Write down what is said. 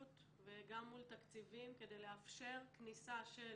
וגם מול תקציבים כדי לאפשר כניסה של